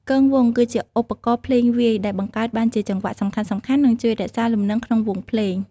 គងវង់ ជាឧបករណ៍ភ្លេងវាយ ដែលបង្កើតបានជាចង្វាក់សំខាន់ៗ និងជួយរក្សាលំនឹងក្នុងវង់ភ្លេង។